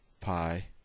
pi